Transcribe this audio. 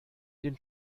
den